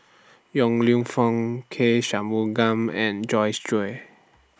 Yong Lew Foong K Shanmugam and Joyce Jue